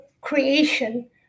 creation